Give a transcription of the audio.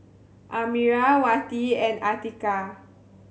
Amirah Wati and Atiqah